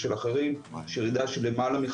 היועצים המשפטיים של הוועדה שלנו כבר יש לגבי הסעיף